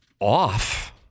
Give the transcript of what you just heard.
off